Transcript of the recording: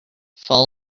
fall